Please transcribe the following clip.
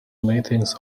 meetings